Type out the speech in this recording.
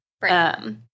right